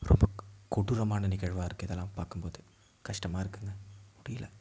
ரொம்ப கொடூரமான நிகழ்வாக இருக்குது இதெல்லாம் பார்க்கும்போது கஷ்டமாக இருக்குங்க முடியல